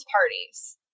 parties